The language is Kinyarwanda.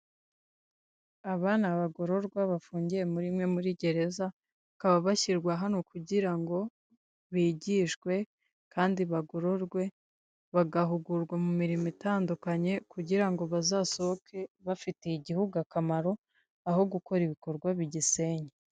Aba ni abagororwa bafungiye muri imwe muri gereza bakaba bashyirwa hano kugira ngo bigishwe kandi bagorarwe, bagahugurwa mu mirimo igiye itandukanye kugira ngo bazasohoke bafitiye igihugu akamaro aho gikora ibikorwa bigisenya.